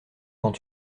quand